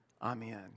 Amen